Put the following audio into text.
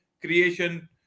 creation